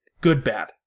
good-bad